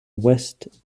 west